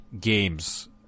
games